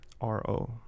R-O